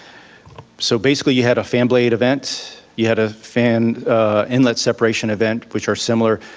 so basically you had a fan blade event, you had a fan inlet separation event which are similar,